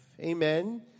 Amen